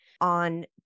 on